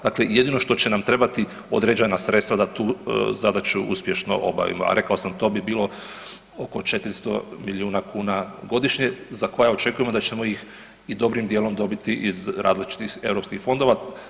Dakle, jedino što će nam trebati određena sredstva da tu zadaću uspješno obavimo, a rekao sam to bi bilo oko 400 milijuna kuna godišnje za koja očekujemo da ćemo ih i dobrim dijelom dobiti iz različitih europskih fondova.